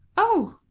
oh,